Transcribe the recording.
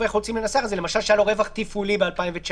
הזה שלמשל היה לו רווח תפעולי ב-2019.